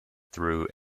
through